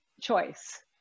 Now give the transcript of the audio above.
choice